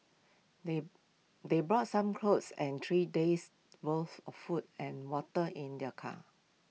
they they brought some clothes and three days' worth of food and water in their car